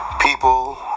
people